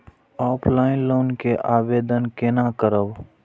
Offline loan के आवेदन केना करब?